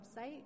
website